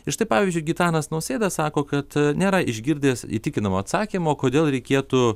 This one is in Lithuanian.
ir štai pavyzdžiui gitanas nausėda sako kad nėra išgirdęs įtikinamo atsakymo kodėl reikėtų